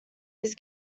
his